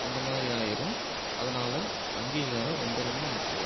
அந்த மாதிரி ஆயிடும் அதனால் அங்கீகாரம் ரொம்ப ரொம்ப முக்கியம்